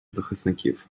захисників